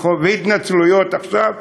והתנצלויות עכשיו,